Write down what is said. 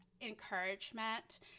encouragement